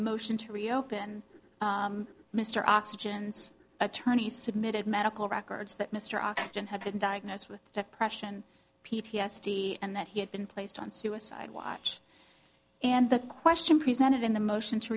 motion to reopen mr oxygen's attorneys submitted medical records that mr ogden had diagnosed with depression p t s d and that he had been placed on suicide watch and the question presented in the motion to